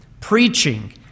preaching